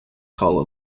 call